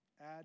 Add